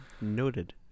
Noted